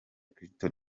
clinton